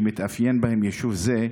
שמתאפיין בהם יישוב זה,